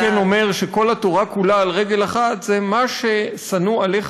אז הלל הזקן אומר שכל התורה כולה על רגל אחת היא: מה ששנוא עליך,